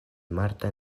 marta